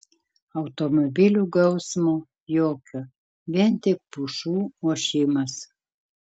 automobilių gausmo jokio vien tik pušų ošimas